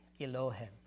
Elohim